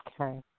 Okay